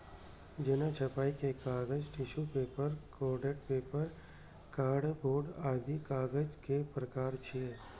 जेना छपाइ के कागज, tissue paper, coated paper, cardboard आदि कागजक प्रकार छियै